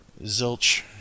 zilch